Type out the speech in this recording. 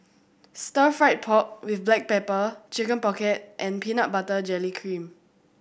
Stir Fried Pork With Black Pepper Chicken Pocket and peanut butter jelly cream